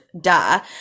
duh